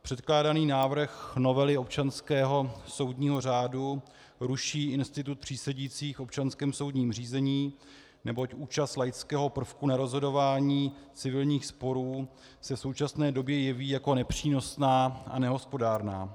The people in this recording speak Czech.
Předkládaný návrh novely občanského soudního řádu ruší institut přísedících v občanském soudním řízení, neboť účast laického prvku na rozhodování civilních sporů se v současné době jeví jako nepřínosná a nehospodárná.